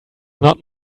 not